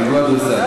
פיגוע דריסה.